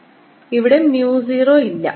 ഇവിടെ mu 0 ഇല്ല